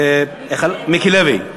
מיקי לוי,